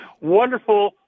wonderful